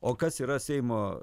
o kas yra seimo